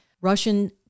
Russian